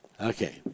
Okay